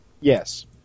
Yes